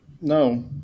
No